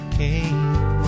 came